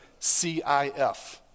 CIF